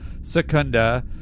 Secunda